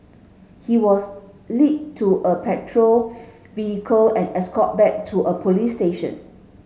he was led to a patrol vehicle and escorted back to a police station